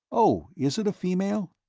oh, is it a female?